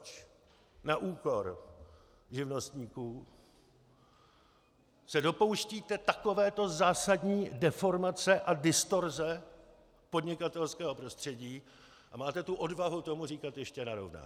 Na úkor živnostníků se dopouštíte takovéto zásadní deformace a distorze podnikatelského prostředí a máte tu odvahu tomu říkat ještě narovnání.